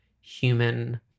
human